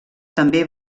també